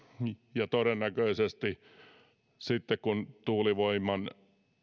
ja todennäköisesti sitten kun tuulivoiman